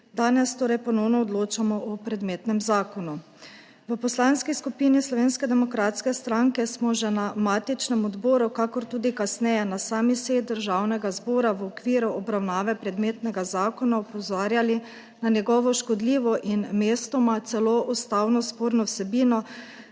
danes torej ponovno odločamo o predmetnem zakonu. V Poslanski skupini Slovenske demokratske stranke smo že na matičnem odboru kakor tudi kasneje na sami seji Državnega zbora v okviru obravnave predmetnega zakona opozarjali na njegovo škodljivo in mestoma celo ustavno sporno vsebino